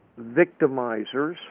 victimizers